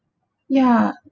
ya